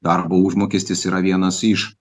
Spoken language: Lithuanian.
darbo užmokestis yra vienas iš